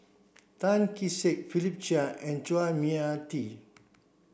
Tan Kee Sek Philip Chia and Chua Mia Tee